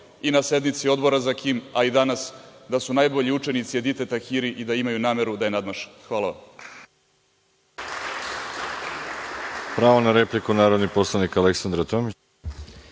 i na sednici Odbora za KiM, a i danas, da su najbolji učenici Edite Tahiri i da imaju nameru da je nadmaše. Hvala vam.